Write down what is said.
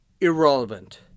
irrelevant